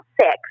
six